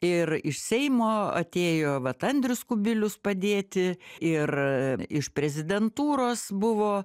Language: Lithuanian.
ir iš seimo atėjo vat andrius kubilius padėti ir iš prezidentūros buvo